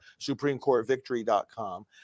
supremecourtvictory.com